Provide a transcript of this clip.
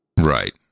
Right